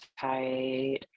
tight